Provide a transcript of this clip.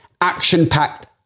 action-packed